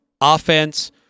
offense